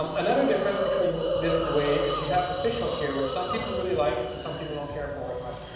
um another difference between this and the wave is you have the fish hook here. which some people really like, and some people don't care for it as much.